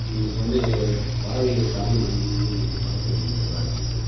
எங்களுக்கு வந்து பறவைகள் சரணாலயம் வந்து எங்களுக்கு பக்கத்தில் இருக்குது சார் வேடசந்தூருன்ட்டு